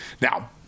Now